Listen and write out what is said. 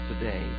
today